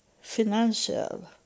financial